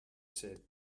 said